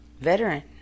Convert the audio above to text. veteran